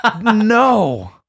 no